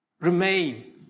remain